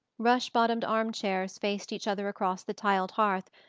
rush-bottomed arm-chairs faced each other across the tiled hearth,